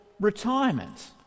retirement